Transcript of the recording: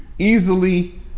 Easily